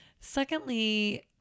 Secondly